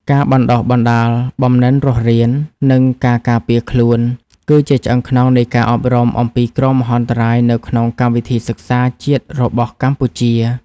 ការបណ្ដុះបណ្ដាលបំណិនរស់រាន និងការការពារខ្លួន គឺជាឆ្អឹងខ្នងនៃការអប់រំអំពីគ្រោះមហន្តរាយនៅក្នុងកម្មវិធីសិក្សាជាតិរបស់កម្ពុជា។